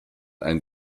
ein